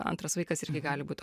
antras vaikas irgi gali būt